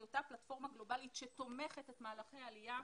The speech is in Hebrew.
היותה פלטפורמה גלובלית שתומכת את מהלכי העלייה,